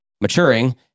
maturing